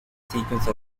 sequence